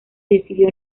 decidió